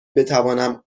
بتوانم